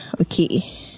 Okay